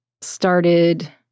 started